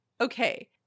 okay